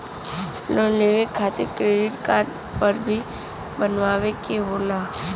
Loan लेवे खातिर credit card भी बनवावे के होला?